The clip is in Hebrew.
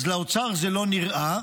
לאוצר זה לא נראה,